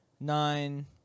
Nine